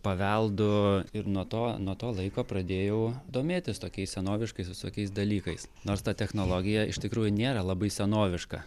paveldu ir nuo to nuo to laiko pradėjau domėtis tokiais senoviškais visokiais dalykais nors ta technologija iš tikrųjų nėra labai senoviška